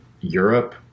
europe